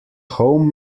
home